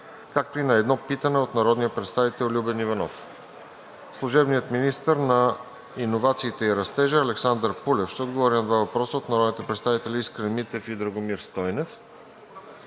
Комитова и на едно питане от народния представител Любен Иванов. 3. Служебният министър на иновациите и растежа Александър Пулев ще отговори на два въпроса от народните представители Искрен Митев; и Драгомир Стойнев.